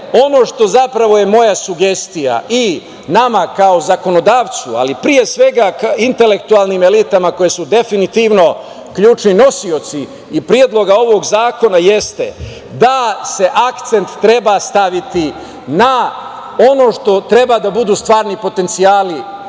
ono što je zapravo moja sugestija i nama kao zakonodavcu, ali pre svega intelektualnim elitama koje su definitivno ključni nosioci i Predloga ovog zakona jeste da se akcent treba staviti na ono što treba da budu stvarni potencijali